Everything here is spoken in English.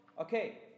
Okay